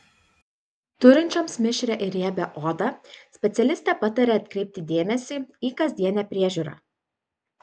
turinčioms mišrią ir riebią odą specialistė pataria atkreipti dėmesį į kasdienę priežiūrą